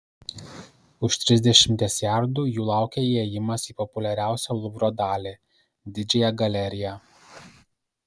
už trisdešimties jardų jų laukė įėjimas į populiariausią luvro dalį didžiąją galeriją